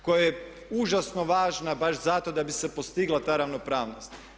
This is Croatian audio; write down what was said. Koja je užasno važna baš zato da bi se postigla ta ravnopravnost.